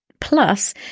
Plus